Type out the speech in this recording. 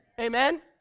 Amen